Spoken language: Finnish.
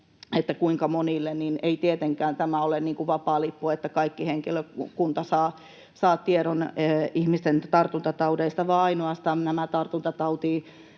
että kuinka monille, niin ei tietenkään tämä ole niin kuin vapaalippu, että kaikki henkilökunnasta saavat tiedon ihmisten tartuntataudeista, vaan ainoastaan nämä tartuntatautilääkärit